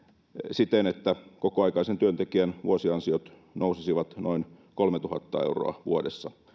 siten että kokoaikaisen työntekijän vuosiansiot nousisivat noin kolmetuhatta euroa vuodessa